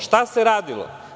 Šta se radilo.